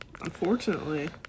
Unfortunately